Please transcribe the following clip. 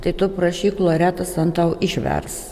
tai tu prašyk loretos an tau išvers